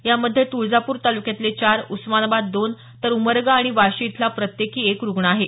यामध्ये तुळजापूर तालुक्यातले चार उस्मानाबाद दोन तर उमरगा आणि वाशी इथला प्रत्येकी एक रुग्ण आहे